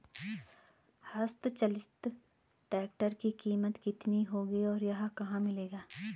हस्त चलित ट्रैक्टर की कीमत कितनी होगी और यह कहाँ मिलेगा?